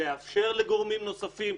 לאפשר לגורמים נוספים,